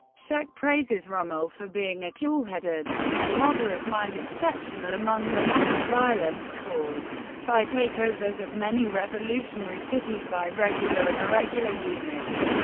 scheck praises rommel for being a coolheaded and moderate mind, exceptional among the massive violence caused by takeovers of many revolutionary cities by regular and irregular units.